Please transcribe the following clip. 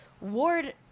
Ward